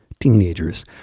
Teenagers